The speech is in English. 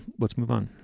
let's move on.